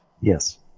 Yes